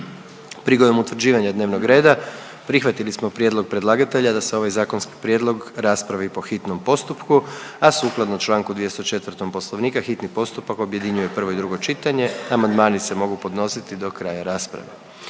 Prilikom utvrđivanja dnevnog reda prihvatili smo prijedlog predlagatelja da se ovaj zakonski prijedlog raspravi po hitnom postupku, a sukladno čl. 204. Poslovnika hitni postupak objedinjuje prvo i drugo čitanje. Amandmani se mogu podnositi do kraja rasprave.